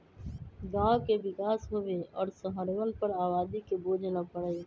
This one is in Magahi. गांव के विकास होवे और शहरवन पर आबादी के बोझ न पड़ई